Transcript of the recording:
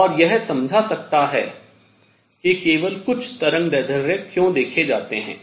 और यह समझा सकता है कि केवल कुछ तरंगदैर्ध्य क्यों देखे जाते हैं